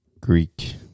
Greek